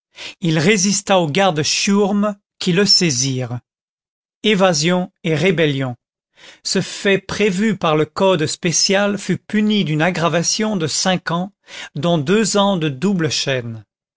il résista aux gardes chiourme qui le saisirent évasion et rébellion ce fait prévu par le code spécial fut puni d'une aggravation de cinq ans dont deux ans de double chaîne